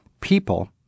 people